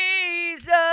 Jesus